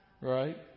Right